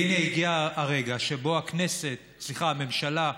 והינה, הגיע הרגע שבו הכנסת, סליחה, הממשלה,